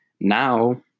Now